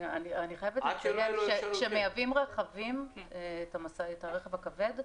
אני חייבת לציין, כשמייבאים את הרכב הכבד,